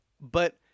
But-